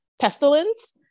pestilence